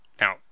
Now